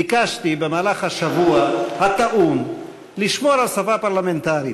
ביקשתי לשמור במהלך השבוע הטעון על שפה פרלמנטרית.